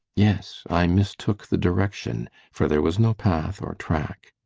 yes i mistook the direction for there was no path or track.